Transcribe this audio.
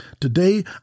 today